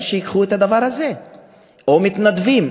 או מתנדבים?